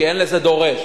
כי אין לזה דורש,